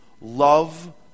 Love